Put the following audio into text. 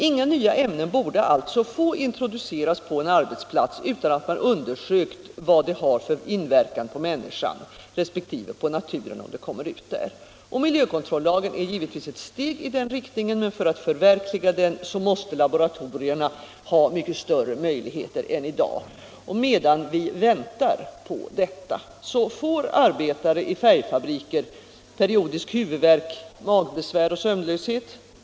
Inga nya ämnen borde få introduceras på en arbetsplats utan att man undersökt vad de har för inverkan på människan resp. på naturen om ämnet kommer ut där. Miljökontrollagen är ett steg i den riktningen, men för att förverkliga den måste laboratorierna ha mycket större möjligheter än i dag. Medan vi väntar på det får arbetare i färgfabriker periodisk huvudvärk, magbesvär och sömnlöshet.